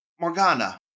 Morgana